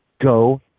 Go